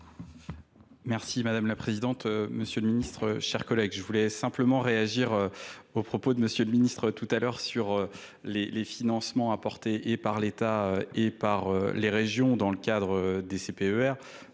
Uziel. Mᵐᵉ la Présidente, M. le Ministre, chers collègues, je voulais simplement réagir aux proposs de M. le ministre tout à l'heure, sur les financements apportés par l'état et par les régions dans le cadre des P E R.